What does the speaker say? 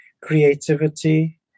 creativity